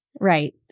right